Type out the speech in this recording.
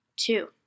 Two